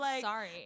sorry